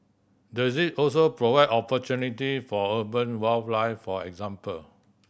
does it also provide opportunity for urban wildlife for example